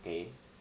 okay